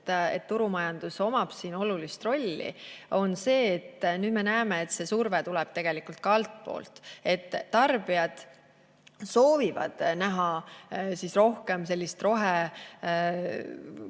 et turumajandus omab siin olulist rolli, on see, et nüüd me näeme, et see surve tuleb tegelikult ka altpoolt, et tarbijad soovivad toodete ja teenuste puhul